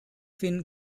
fin